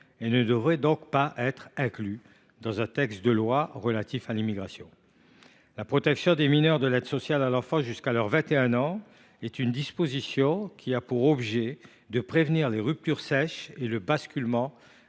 et ne devraient donc pas être incluses dans un texte de loi relatif à l’immigration. La protection des mineurs de l’aide sociale à l’enfance jusqu’à leurs 21 ans a pour objet de prévenir les ruptures sèches et le basculement